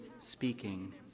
speaking